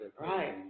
right